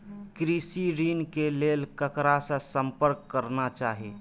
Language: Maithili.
कृषि ऋण के लेल ककरा से संपर्क करना चाही?